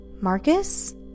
Marcus